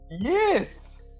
Yes